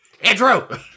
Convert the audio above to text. Andrew